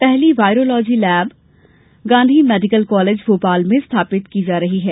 पहली virology lab Gandhi medical college Bhopal में स्थापित की जा रही है